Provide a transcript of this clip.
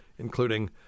including